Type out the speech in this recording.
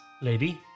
Lady